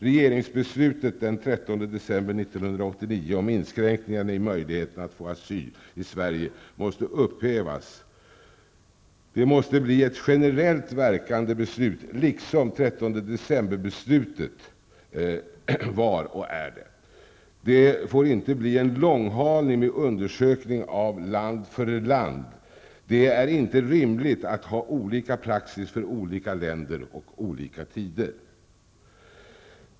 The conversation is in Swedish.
Regeringsbeslutet den 13-december 1989 om inskränkningar i möjligheterna att få asyl i Sverige måste upphävas. Det måste bli ett generellt verkande beslut, liksom 13 decemberbeslutet var och är det. Det får inte bli en långhalning med undersökning av land för land. Det är inte rimligt att ha olika praxis för olika länder vid olika tider.